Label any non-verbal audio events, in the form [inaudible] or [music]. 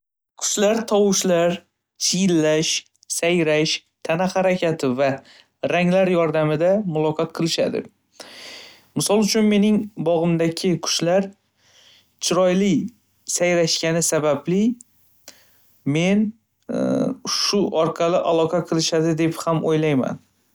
Qushlar tovushlar chiyillash, sayrash, tana harakati va ranglar yordamida muloqot qilishadi. Misol uchun mening bog'imdagi qushlar chiroyli sayrashgani sababli men [hesitation] shu orqali aloqa qilishadi deb ham o'ylayman.